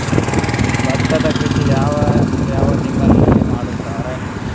ಭತ್ತದ ಕೃಷಿ ಯಾವ ಯಾವ ತಿಂಗಳಿನಲ್ಲಿ ಮಾಡುತ್ತಾರೆ?